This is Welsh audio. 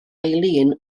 eileen